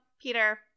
Peter